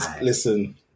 listen